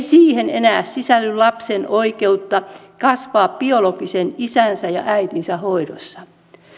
siihen enää sisälly lapsen oikeutta kasvaa biologisen isänsä ja äitinsä hoidossa